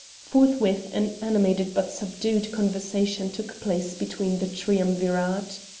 forthwith an animated but subdued conversation took place between the triumvirate.